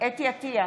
חוה אתי עטייה,